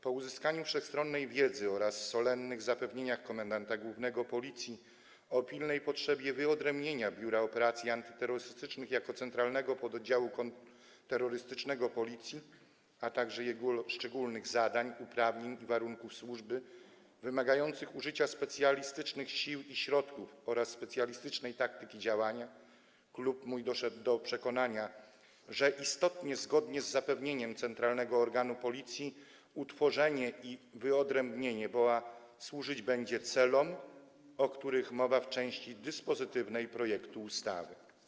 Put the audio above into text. Po uzyskaniu wszechstronnej wiedzy oraz po solennych zapewnieniach głównego komendanta Policji co do pilnej potrzeby wyodrębnienia Biura Operacji Antyterrorystycznych jako centralnego pododdziału kontrterrorystycznego Policji, a także jego szczególnych zadań, uprawnień i warunków służby wymagających użycia specjalistycznych sił i środków oraz specjalistycznej taktyki działania, mój klub doszedł do przekonania, że istotnie, zgodnie z zapewnieniem centralnego organu Policji, utworzenie i wyodrębnienie BOA służyć będzie celom, o których mowa w części dyspozytywnej projektu ustawy.